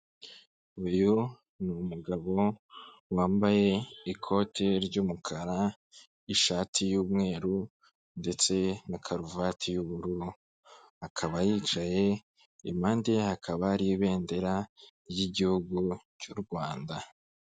Uyu ni umugabo wambaye ikote ry'umukara, ishati y'umweru ndetse na karuvati 'ubururu. Akaba yicaye impande ye hakaba hari ibendera ry'igihugu cy'u Rwanda.